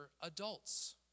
adults